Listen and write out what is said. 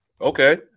Okay